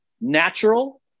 natural